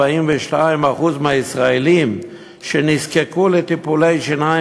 42% מהישראלים שנזקקו לטיפולי שיניים